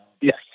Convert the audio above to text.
Yes